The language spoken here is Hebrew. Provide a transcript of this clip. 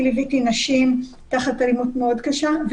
אני ליוויתי נשים תחת אלימות מאוד קשה,